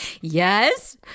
yes